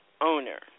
owner